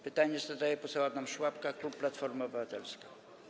Pytanie zadaje poseł Adam Szłapka, klub Platforma Obywatelska.